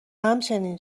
همچنین